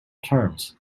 terms